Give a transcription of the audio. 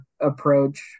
approach